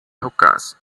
hookahs